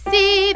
See